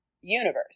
universe